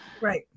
right